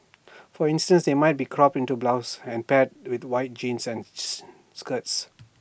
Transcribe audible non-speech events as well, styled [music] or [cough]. for instance they might be cropped into blouses and paired with white jeans and [unintelligible] skirts